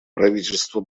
правительство